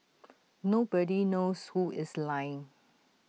nobody knows who is lying